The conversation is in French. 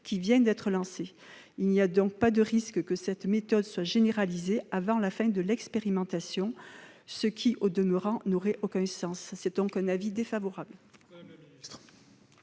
qui vient d'être lancée. Il n'y a donc pas de risque que cette méthode soit généralisée avant la fin de l'expérimentation, ce qui, au demeurant, n'aurait aucun sens. La commission spéciale